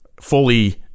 fully